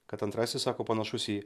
kad antrasis sako panašus į